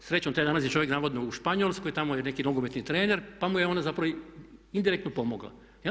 Srećom danas je taj čovjek navodno u Španjolskoj, tamo je neki nogometni trener pa mu je ona zapravo indirektno pomogla.